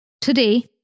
Today